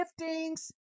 giftings